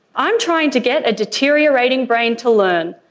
i'm trying to get a deteriorating brain to learn.